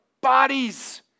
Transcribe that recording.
bodies